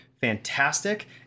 fantastic